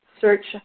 search